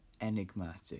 enigmatic